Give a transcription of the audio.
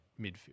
midfield